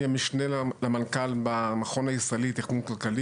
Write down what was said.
אני המשנה למנכ"ל במכון הישראלי לתכנון כלכלי,